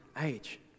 age